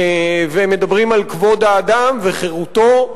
והם מדברים על כבוד האדם וחירותו,